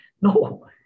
No